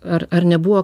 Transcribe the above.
ar ar nebuvo